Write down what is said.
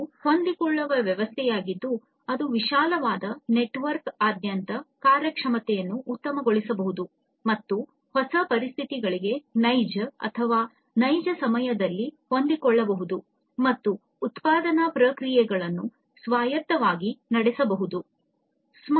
ಇದು ಹೊಂದಿಕೊಳ್ಳುವ ವ್ಯವಸ್ಥೆಯಾಗಿದ್ದು ಅದು ವಿಶಾಲವಾದ ನೆಟ್ವರ್ಕ್ನಾದ್ಯಂತ ಕಾರ್ಯಕ್ಷಮತೆಯನ್ನು ಉತ್ತಮಗೊಳಿಸಬಹುದು ಮತ್ತು ಹೊಸ ಪರಿಸ್ಥಿತಿಗಳಿಂದ ನೈಜ ಅಥವಾ ನೈಜ ಸಮಯದಲ್ಲಿ ಹೊಂದಿಕೊಳ್ಳಬಹುದು ಮತ್ತು ಉತ್ಪಾದನಾ ಪ್ರಕ್ರಿಯೆಗಳನ್ನು ಸ್ವಾಯತ್ತವಾಗಿ ನಡೆಸಬಹುದು"